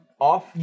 off